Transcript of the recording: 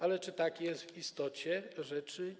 Ale czy tak jest w istocie rzeczy?